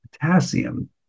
Potassium